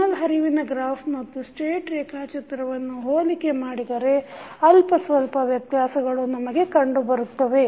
signal ಹರಿವಿನ graph ಮತ್ತು state ರೇಖಾಚಿತ್ರವನ್ನು ಹೊಲಿಕೆ ಮಾಡಿದರೆ ಅಲ್ಪಸ್ವಲ್ಪ ವ್ಯತ್ಯಾಸಗಳು ನಮಗೆ ಕಂಡುಬರುತ್ತವೆ